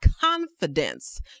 confidence